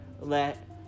let